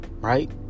right